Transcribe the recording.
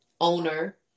owner